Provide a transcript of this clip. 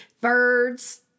birds